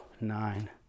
nine